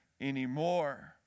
anymore